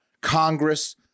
congress